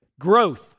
growth